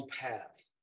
path